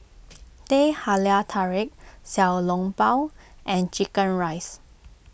Teh Halia Tarik Xiao Long Bao and Chicken Rice